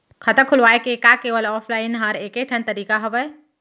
खाता खोलवाय के का केवल ऑफलाइन हर ऐकेठन तरीका हवय?